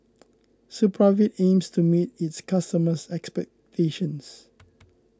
Supravit aims to meet its customers' expectations